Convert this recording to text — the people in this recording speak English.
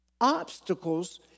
Obstacles